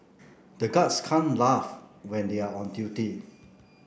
the guards can't laugh when they are on duty